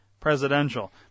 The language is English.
presidential